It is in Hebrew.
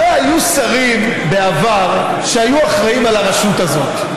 הרי היו שרים בעבר שהיו אחראים על הרשות הזאת,